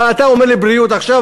אבל אתה אומר לי בריאות עכשיו,